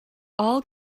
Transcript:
all